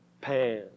pan